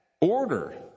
order